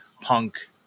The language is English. punk